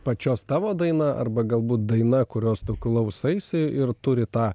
pačios tavo daina arba galbūt daina kurios tu klausaisi ir turi tą